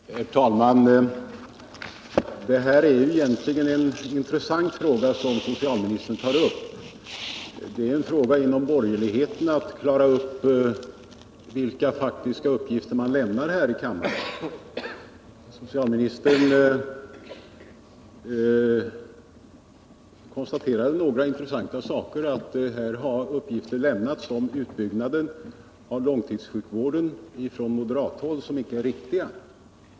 Herr talman! Socialministern tog upp en intressant fråga, nämligen vilka faktiska uppgifter som lämnats här i kammaren om långtidssjukvårdens utbyggnad. Det är naturligtvis en fråga för borgerligheten att klara upp, men jag noterar att socialministern gjorde ett intressant konstaterande, nämligen att det från moderathåll lämnats uppgifter om utbyggnaden av långtidssjukvården som inte är riktiga.